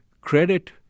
credit